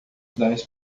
das